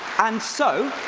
and so,